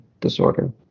disorder